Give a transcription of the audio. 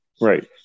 right